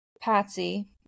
Patsy